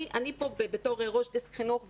אני פה בתור ראש דסק חינוך,